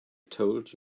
told